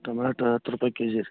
tomato ಹತ್ತು ರೂಪಾಯಿ K G ರೀ